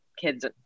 kids